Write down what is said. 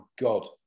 God